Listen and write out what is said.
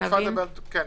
כן.